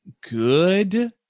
good